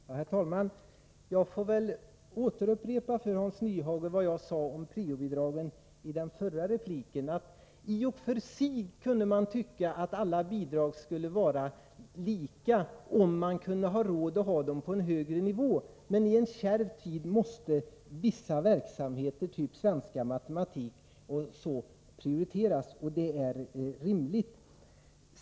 Herr talman! Jag får väl återupprepa för Hans Nyhage vad jag sade om prio-bidragen i min förra replik. I och för sig kan man tycka att alla bidrag skulle vara lika, om man kunde ha råd att hålla dem på en högre nivå. Men i en kärv tid måste vissa ämnesområden — typ svenska, matematik osv. — prioriteras. Detta är rimligt.